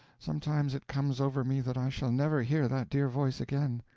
sometimes it comes over me that i shall never hear that dear voice again.